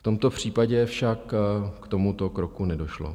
V tomto případě však k tomuto kroku nedošlo.